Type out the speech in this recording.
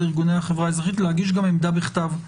ארגוני החברה האזרחית להגיש גם עמדה בכתב,